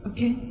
Okay